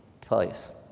place